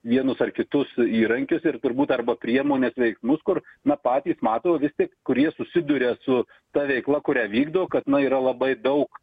vienus ar kitus e įrankius ir turbūt arba priemonės veiklus kur na patys mato vistik kurie susiduria su ta veikla kurią vykdo kad na yra labai daug